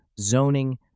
zoning